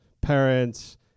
parents